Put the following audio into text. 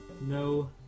no